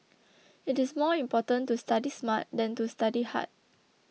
it is more important to study smart than to study hard